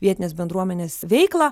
vietinės bendruomenės veiklą